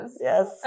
Yes